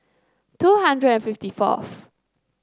two hundred and fifty fourth